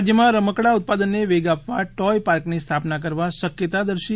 રાજ્યમાં રમકડાં ઉત્પાદનને વેગ આપવા ટોય પાર્કની સ્થાપના કરવા શક્યતાદર્શી